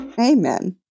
amen